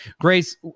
Grace